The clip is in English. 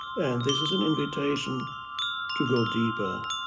and this is an invitation to go deeper